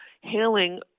hailing